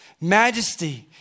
majesty